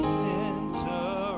center